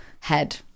head